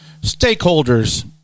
Stakeholders